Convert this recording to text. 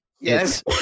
yes